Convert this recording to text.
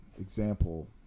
example